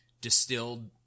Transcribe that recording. distilled